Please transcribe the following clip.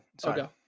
Sorry